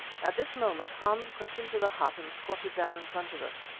at this moment hans crept into the hut and squatted down in front of us.